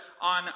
on